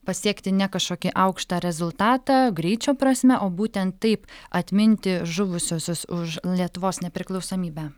pasiekti ne kažkokį aukštą rezultatą greičio prasme o būtent taip atminti žuvusiuosius už lietuvos nepriklausomybę